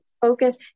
focus